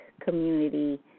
community